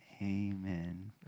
Amen